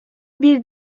bir